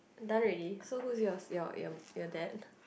done already so who's yours your your your dad